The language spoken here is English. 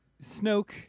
Snoke